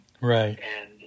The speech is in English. Right